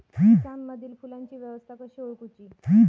पिकांमदिल फुलांची अवस्था कशी ओळखुची?